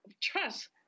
trust